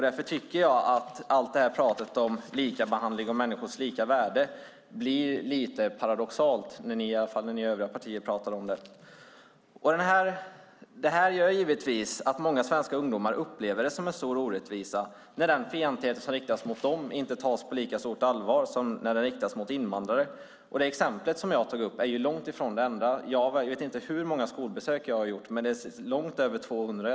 Därför tycker jag att allt det här pratet om likabehandling och människors lika värde blir lite paradoxalt, i alla fall när ni övriga partier pratar om det. Det här gör givetvis att många svenska ungdomar upplever det som en stor orättvisa när den fientlighet som riktas mot dem inte tas på lika stort allvar som den fientlighet som riktas mot invandrare. Det exempel som jag tog upp är långt ifrån det enda. Jag vet inte hur många skolbesök jag har gjort, men det är långt över 200.